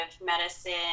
medicine